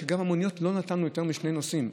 שגם במוניות לא נתנו יותר משני נוסעים.